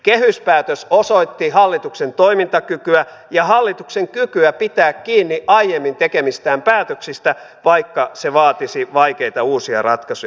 kehyspäätös osoitti hallituksen toimintakykyä ja hallituksen kykyä pitää kiinni aiemmin tekemistään päätöksistä vaikka se vaatisi vaikeita uusia ratkaisuja